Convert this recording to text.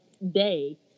day